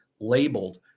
labeled